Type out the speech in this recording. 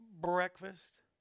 breakfast